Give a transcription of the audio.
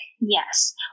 Yes